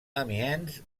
amiens